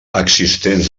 existents